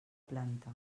planta